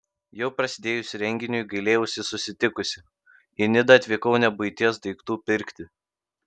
jau prasidėjus renginiui gailėjausi sutikusi į nidą atvykau ne buities daiktų pirkti